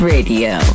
Radio